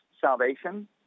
salvation